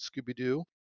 Scooby-Doo